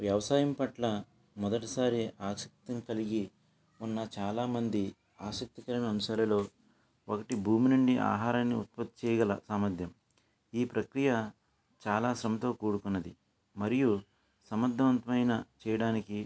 వ్యవసాయం పట్ల మొదటిసారి ఆసక్తిని కలిగి ఉన్న చాలా మంది ఆసక్తికరమైన అంశాలలో ఒకటి భూమి నుండి ఆహారాన్ని ఉత్పత్తి చేయగల సామర్థ్యం ఈ ప్రక్రియ చాలా సొమ్ముతో కూడుకున్నది మరియు సమర్థవంతమైన చేయడానికి